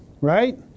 right